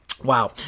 Wow